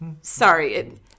Sorry